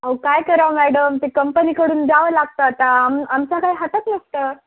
अहो काय करावं मॅडम ते कंपनीकडून द्यावं लागतं आता आम आमचा काय हातात नसतं